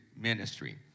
ministry